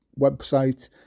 website